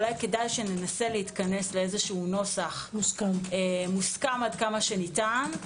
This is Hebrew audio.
שננסה להתכנס לנוסח מוסכם עד כמה שניתן.